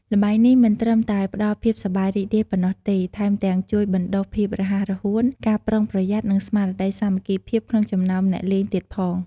ល្បែងនេះមិនត្រឹមតែផ្ដល់ភាពសប្បាយរីករាយប៉ុណ្ណោះទេ ថែមទាំងជួយបណ្ដុះភាពរហ័សរហួន ការប្រុងប្រយ័ត្ន និងស្មារតីសាមគ្គីភាពក្នុងចំណោមអ្នកលេងទៀតផង។